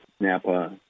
NAPA